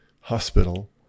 hospital